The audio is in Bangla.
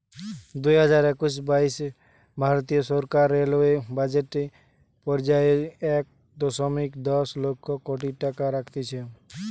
দুইহাজার একুশ বাইশে ভারতীয় সরকার রেলওয়ে বাজেট এ পর্যায়ে এক দশমিক দশ লক্ষ কোটি টাকা রাখতিছে